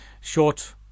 Short